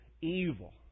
evil